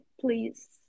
please